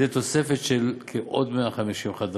על-ידי תוספת של כ-150 חדרים.